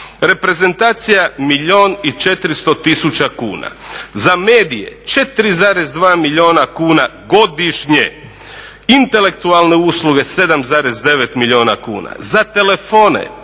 i četiristo tisuća kuna, za medije 4,2 milijuna kuna godišnje, intelektualne usluge 7,9 milijuna kuna, za telefone